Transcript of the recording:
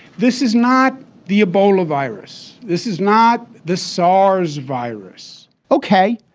this is not the ebola virus. this is not the saas virus ok,